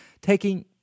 taking—